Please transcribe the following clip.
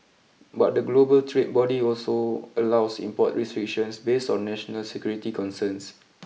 but the global trade body also allows import restrictions based on national security concerns